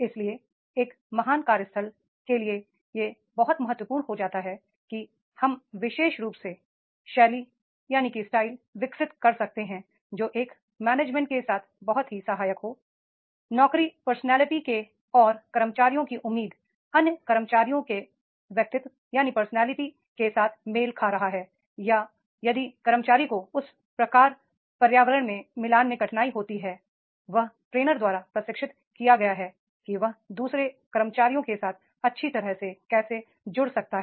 इसलिए एक महान कार्यस्थल के लिए यह बहुत महत्वपूर्ण हो जाता है कि हम विशेष रूप से शैली विकसित कर रहे हैं जो एक मैनेजमेंट के साथ बहुत ही सहायक हो नौकरी पर्सनालिटी के और कर्मचारी की उम्मीद अन्य कर्मचारियों के व्यक्तित्व के साथ मेल खा रहा है या यदि कर्मचारी को उस प्रकार पर्यावरण में मिलान में कठिनाई होती है वह ट्रेनर द्वारा प्रशिक्षित किया गया है कि वह दू सरे कर्मचारियों के साथ अच्छी तरह से कैसे जुड़ सकता है